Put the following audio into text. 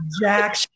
jack